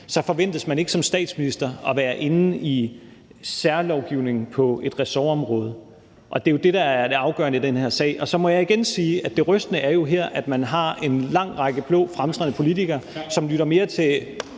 så forventes man ikke som statsminister at være inde i særlovgivningen på et ressortområde, og det er jo det, der er det afgørende i den her sag. Og så må jeg igen sige, at det rystende her jo er, at man har en lang række fremtrædende blå politikere, som lytter mere til